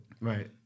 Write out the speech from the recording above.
right